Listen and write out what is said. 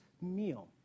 meal